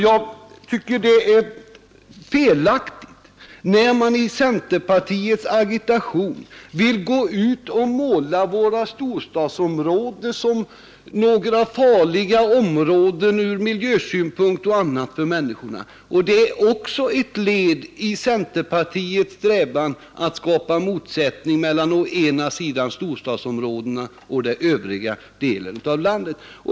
Jag tycker det är felaktigt när centerpartiet i sin agitation målar ut våra storstadsområden som ur miljösynpunkt och andra synpunkter farliga områden för människorna. Det är ett led i centerpartiets strävan att skapa motsättningar mellan storstadsområdena och den övriga delen av landet.